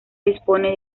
disponen